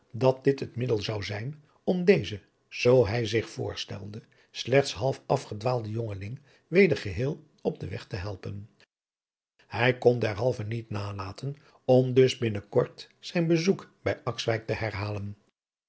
dat dit het middel zou zijn om dezen zoo hij zich voorstelde slechts half afgedwaalden jongeling weder geheel op den weg te helpen hij kon derhalve niet nalaten om dus binnen kort zijn bezoek bij akswijk te herhalen